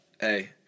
Hey